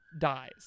dies